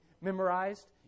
memorized